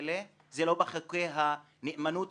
חמישית מאוכלוסיית המדינה.